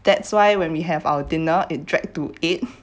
that's why when we have our dinner it dragged to eight